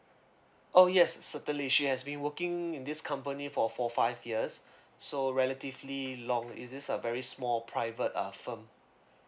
oh yes certainly she has been working in this company for for five years so relatively long is this a very small private uh firm